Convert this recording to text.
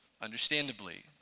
Understandably